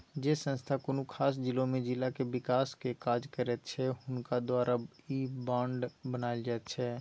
जे संस्था कुनु खास जिला में जिला के विकासक काज करैत छै हुनका द्वारे ई बांड बनायल जाइत छै